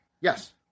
Yes